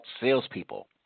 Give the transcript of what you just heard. Salespeople